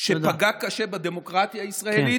שפגע קשה בדמוקרטיה הישראלית,